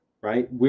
right